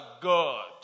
God